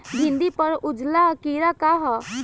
भिंडी पर उजला कीड़ा का है?